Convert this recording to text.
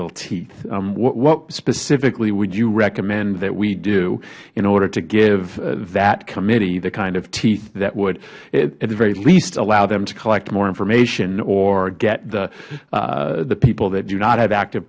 little teeth what specifically would you recommend that we do in order to give that committee that kind of teeth that would at the very least allow them to collect more information or get the people that do not have active